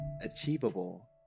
achievable